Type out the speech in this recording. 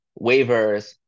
waivers